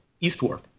eastward